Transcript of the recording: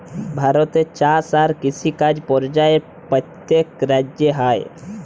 ভারতে চাষ আর কিষিকাজ পর্যায়ে প্যত্তেক রাজ্যে হ্যয়